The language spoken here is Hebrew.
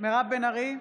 מירב בן ארי,